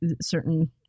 certain